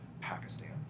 Pakistan